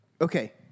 okay